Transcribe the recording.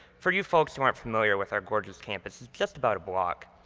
for you folks who aren't familiar with our gorgeous campus, is just about a block,